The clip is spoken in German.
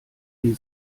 die